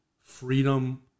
freedom